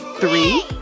three